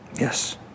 Yes